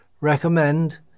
recommend